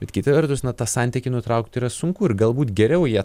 bet kita vertus na tą santykį nutraukti yra sunku ir galbūt geriau jie